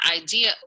idea